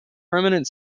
permanent